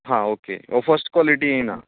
हा okay first क्वॉलिटीय ना